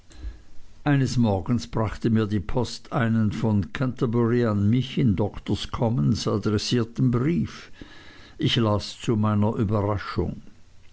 eines morgens brachte mir die post einen von canterbury an mich in doktors commons adressierten brief ich las zu meiner überraschung